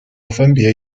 分别